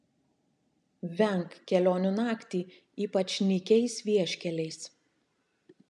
venk kelionių naktį ypač nykiais vieškeliais